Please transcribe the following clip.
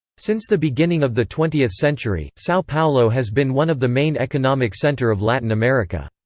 since the beginning of the twentieth century, sao paulo has been one of the main economic center of latin america.